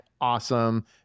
awesome